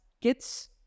kids